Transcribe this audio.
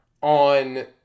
on